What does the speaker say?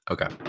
Okay